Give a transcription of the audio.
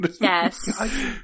Yes